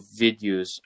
videos